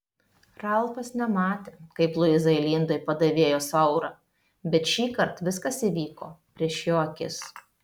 ralfas nematė kaip luiza įlindo į padavėjos aurą bet šįkart viskas įvyko prieš jo akis